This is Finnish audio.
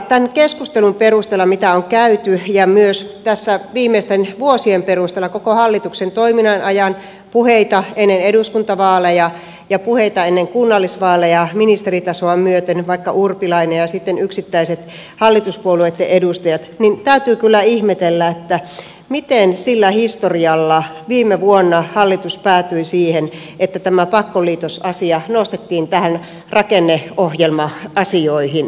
tämän keskustelun perusteella mitä on käyty ja myös viimeisten vuosien perusteella koko hallituksen toiminnan ajan puheita ennen eduskuntavaaleja ja puheita ennen kunnallisvaaleja ministeritasoa myöten vaikka urpilainen ja sitten yksittäiset hallituspuolueitten edustajat täytyy kyllä ihmetellä miten sillä historialla viime vuonna hallitus päätyi siihen että tämä pakkoliitosasia nostettiin näihin rakenneohjelma asioihin